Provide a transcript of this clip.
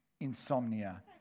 insomnia